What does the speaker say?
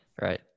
right